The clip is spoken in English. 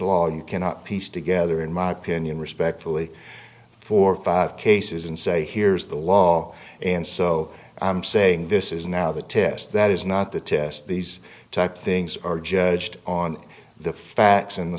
law you cannot piece together in my opinion respectfully for five cases and say here's the law and so i'm saying this is now the test that is not the test these type things are judged on the facts and the